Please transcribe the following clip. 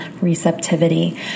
receptivity